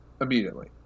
immediately